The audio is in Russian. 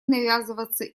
навязываться